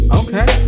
okay